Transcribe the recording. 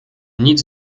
nic